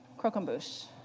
croquembouche.